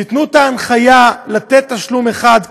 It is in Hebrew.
תתנו את ההנחיה לתת תשלום אחד,